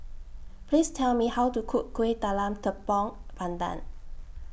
Please Tell Me How to Cook Kuih Talam Tepong Pandan